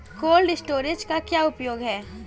Cold storage का क्या उपयोग है?